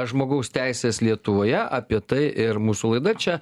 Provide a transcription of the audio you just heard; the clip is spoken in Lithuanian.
žmogaus teisės lietuvoje apie tai ir mūsų laida čia